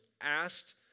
asked